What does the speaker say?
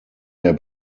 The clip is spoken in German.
der